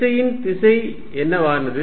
விசையின் திசை என்னவானது